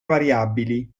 variabili